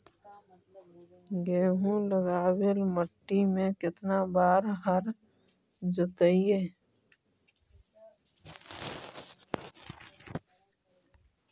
गेहूं लगावेल मट्टी में केतना बार हर जोतिइयै?